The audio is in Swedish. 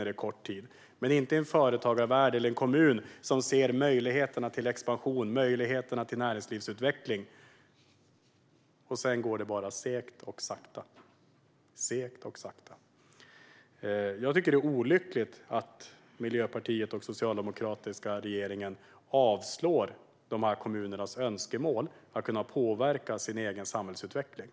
Men det är det inte för en företagarvärld eller för en kommun som ser möjligheter till expansion och näringslivsutveckling. Men det är bara segt och går sakta. Jag tycker att det är olyckligt att den miljöpartistiska och socialdemokratiska regeringen avslår dessa kommuners önskemål om att kunna påverka sin egen samhällsutveckling.